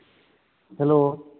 hello